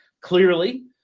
clearly